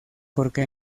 porque